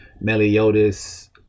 Meliodas